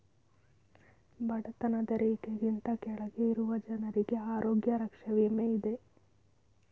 ಬಡತನ ರೇಖೆಗಿಂತ ಕೆಳಗೆ ಇರುವ ಜನರಿಗೆ ಆರೋಗ್ಯ ರಕ್ಷೆ ವಿಮೆ ಇದೆ